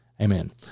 Amen